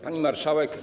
Pani Marszałek!